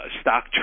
stock